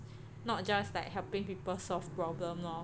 not just like helping people solve problem lor